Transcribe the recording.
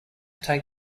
take